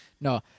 No